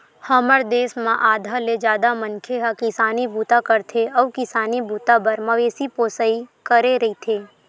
हमर देस म आधा ले जादा मनखे ह किसानी बूता करथे अउ किसानी बूता बर मवेशी पोसई करे रहिथे